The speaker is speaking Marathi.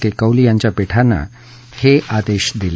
के कौल यांच्या पीठाने हे आदेश दिले